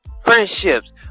friendships